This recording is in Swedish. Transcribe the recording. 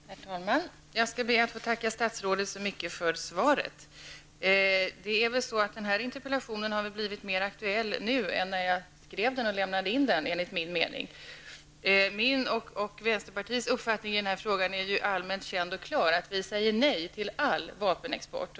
Herr talman! Jag skall be att få tacka statsrådet så mycket för svaret. Den här interpellationen har enligt min mening blivit mer aktuell nu än då jag lämnade in den. Min och vänsterpartiets uppfattning i denna fråga är allmänt känd och klar. Vi säger nej till all vapenexport.